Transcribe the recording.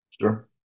Sure